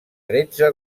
tretze